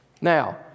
now